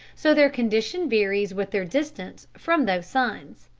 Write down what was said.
so their condition varies with their distance from those suns.